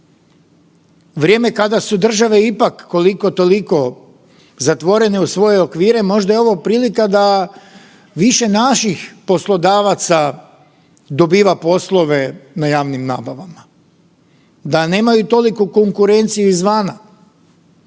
Vrijeme kada su države ipak koliko toliko zatvorene u svoje okvire, možda je ovo prilika da više naših poslodavaca dobiva poslove na javnim nabavama, da nemaju toliku konkurenciju izvana